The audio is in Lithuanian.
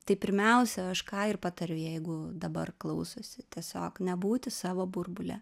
tai pirmiausia aš ką ir patariu jeigu dabar klausosi tiesiog nebūti savo burbule